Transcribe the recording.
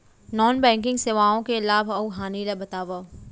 non banking सेवाओं के लाभ अऊ हानि ला बतावव